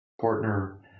partner